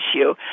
issue